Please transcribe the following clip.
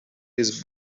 his